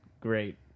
great